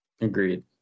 Agreed